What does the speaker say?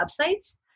websites